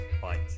fight